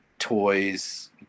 toys